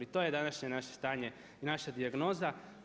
I to je današnje naše stanje i naša dijagnoza.